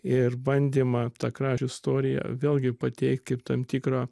ir bandymą tą kražių istoriją vėlgi pateikt kaip tam tikrą